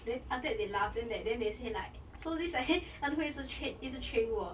then after that they laugh then that then they say like so this way en hui 一直 train 一直 train 我